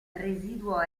residuo